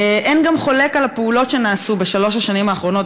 אין גם חולק על הפעולות שנעשו בשלוש השנים האחרונות,